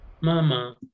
mama